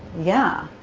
yeah.